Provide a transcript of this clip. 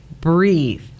breathe